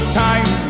time